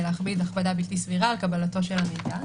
להכביד הכבדה בלתי סבירה על קבלת המידע,